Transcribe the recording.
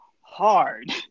hard